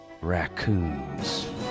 raccoons